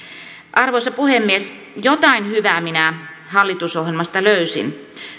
arvoisa puhemies jotain hyvää minä hallitusohjelmasta löysin